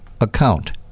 account